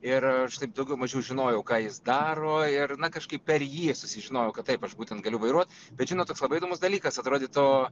ir taip daugiau mažiau žinojau ką jis daro ir na kažkaip per jį susižinojau kad taip aš būtent galiu vairuot bet žinot toks labai įdomus dalykas atrodytų